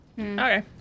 Okay